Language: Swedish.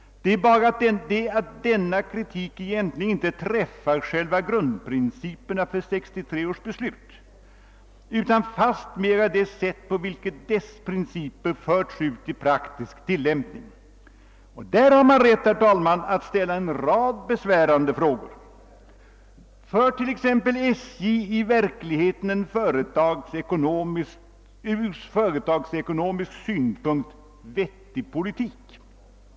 Det är bara så att denna kritik egentligen inte träffar själva grundprinciperna för 1963 års beslut utan fastmer det sätt på vilzet dess principer förts ut i praktisk tillämpning. Därvidlag har man rätt, herr talman, att ställa en rad besvärliga frågor. För SJ i verkligheten en från företagsekonomisk synpunkt vettig politik?